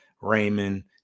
Raymond